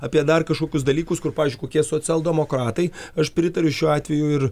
apie dar kažkokius dalykus kur pavyzdžiui kokie socialdemokratai aš pritariu šiuo atveju ir